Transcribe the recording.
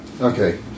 Okay